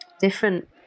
different